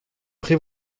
pré